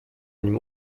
nim